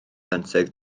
benthyg